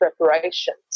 preparations